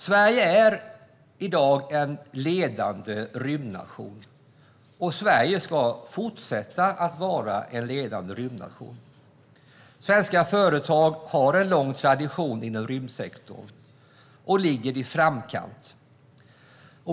Sverige är i dag en ledande rymdnation, och Sverige ska fortsätta att vara en ledande rymdnation. Svenska företag har en lång tradition inom rymdsektorn och ligger i framkant.